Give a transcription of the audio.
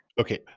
Okay